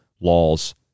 laws